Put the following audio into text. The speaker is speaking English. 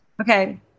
Okay